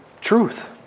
truth